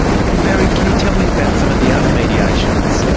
and barry, can you tell me about some of the other mediations, so